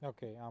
Okay